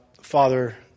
Father